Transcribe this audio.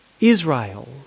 Israel